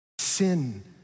sin